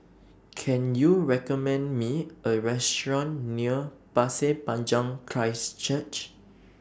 Can YOU recommend Me A Restaurant near Pasir Panjang Christ Church